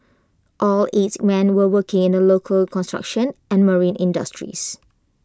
all eight men were working in the local construction and marine industries